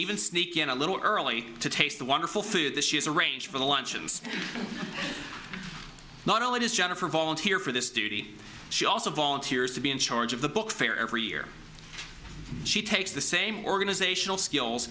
even sneak in a little early to taste the wonderful food that she is arranged for the luncheons not only does jennifer volunteer for this duty she also volunteers to be in charge of the book fair every year she takes the same organizational skills